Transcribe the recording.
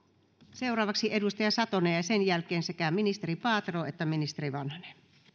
seuraavaksi edustaja satonen ja sen jälkeen sekä ministeri paatero että ministeri vanhanen